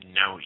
no